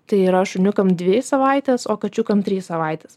tai yra šuniukam dvi savaitės o kačiukam trys savaitės